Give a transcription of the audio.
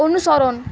অনুসরণ